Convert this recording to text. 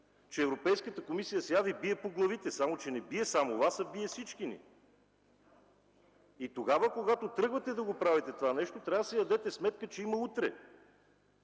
че Европейската комисия сега Ви бие по главите, само че не бие само Вас, а бие всички ни. И тогава, когато тръгвате да го правите това нещо, трябва да си дадете сметка, че има утре!